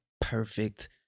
perfect